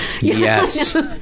yes